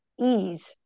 ease